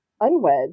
unwed